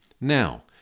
Now